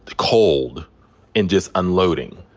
cold and just unloading.